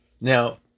Now